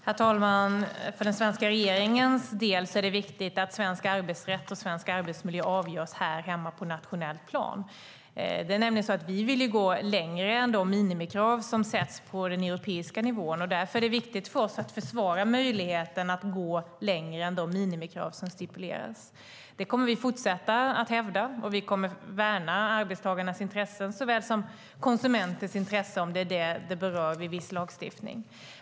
Herr talman! För den svenska regeringens del är det viktigt att frågor om svensk arbetsrätt och svensk arbetsmiljö avgörs hemma på nationell nivå. Vi vill gå längre än de minimikrav som sätts på den europeiska nivån. Därför är det viktigt för oss att försvara möjligheten att gå längre än stipulerade minimikrav. Det kommer vi att fortsätta att hävda, och vi kommer att värna arbetstagarnas såväl som konsumenternas intressen i viss lagstiftning.